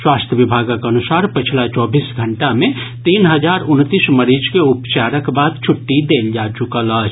स्वास्थ्य विभागक अनुसार पछिला चौबीस घंटा मे तीन हजार उनतीस मरीज के उपचारक बाद छुट्टी देल जा चुकल अछि